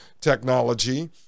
technology –